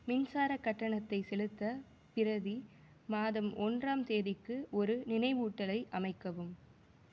மின்சார கட்டணத்தை செலுத்த பிரதி மாதம் ஒன்றாம் தேதிக்கு ஒரு நினைவூட்டலை அமைக்கவும்